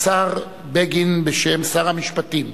השר בגין המשיב בשם שר המשפטים,